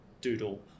doodle